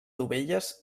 dovelles